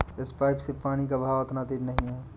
इस पाइप से पानी का बहाव उतना तेज नही है